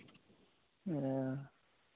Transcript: ᱚ